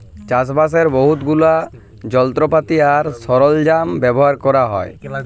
চাষবাসের বহুত গুলা যলত্রপাতি আর সরল্জাম ব্যাভার ক্যরা হ্যয়